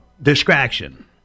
Distraction